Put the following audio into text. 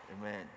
Amen